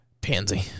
Pansy